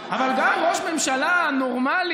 אבל גם ראש ממשלה נורמלי,